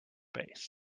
base